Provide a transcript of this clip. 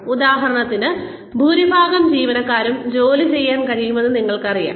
ഉദാഹരണത്തിന് ഭൂരിഭാഗം ജീവനക്കാർക്കും ജോലി ചെയ്യാൻ കഴിയുമെന്ന് ഞങ്ങൾക്കറിയാം